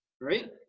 right